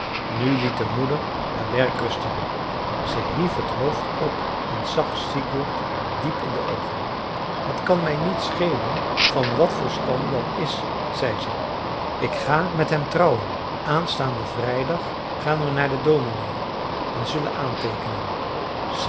nu liet de moeder haar werk rusten ze hief het hoofd op en zag sigurd diep in de oogen het kan mij niet schelen van wat voor stam jan is zei ze ik ga met hem trouwen aanstaanden vrijdag gaan we naar den dominé en zullen aanteekenen